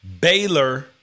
Baylor